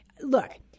look